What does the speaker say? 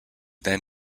then